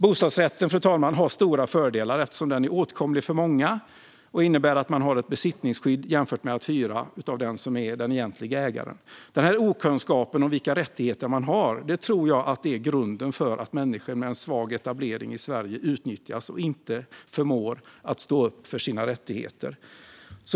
Bostadsrätten har stora fördelar, eftersom den är åtkomlig för många och innebär att man har ett besittningsskydd jämfört med att hyra av den egentliga ägaren. Okunskapen om vilka rättigheter man har tror jag är grunden för att människor med en svag etablering i Sverige utnyttjas och inte förmår att stå upp för sina rättigheter.